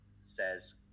says